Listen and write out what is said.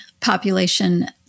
population